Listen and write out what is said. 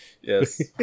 Yes